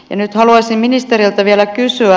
nyt haluaisin ministeriltä vielä kysyä